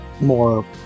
more